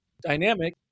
dynamic